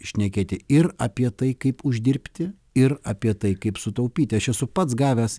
šnekėti ir apie tai kaip uždirbti ir apie tai kaip sutaupyti aš esu pats gavęs